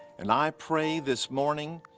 and i pray this morning,